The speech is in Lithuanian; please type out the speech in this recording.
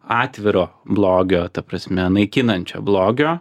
atviro blogio ta prasme naikinančią blogio